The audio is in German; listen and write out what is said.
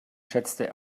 schätzte